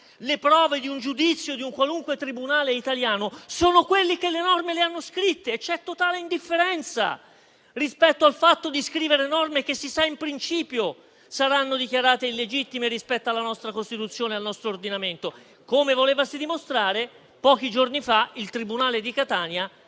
le prove di un giudizio di un qualunque tribunale italiano, sono coloro che le norme le hanno scritte. C'è totale indifferenza rispetto al fatto di scrivere norme che si sa in principio che saranno dichiarate illegittime rispetto alla nostra Costituzione e al nostro ordinamento. Come volevasi dimostrare, pochi giorni fa il tribunale di Catania